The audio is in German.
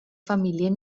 familie